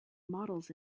models